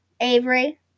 Avery